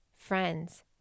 friends